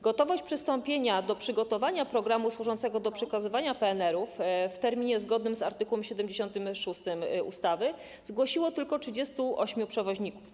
Gotowość przystąpienia do przygotowania programu służącego do przekazywania danych PNR w terminie zgodnym z art. 76 ustawy zgłosiło tylko 38 przewoźników.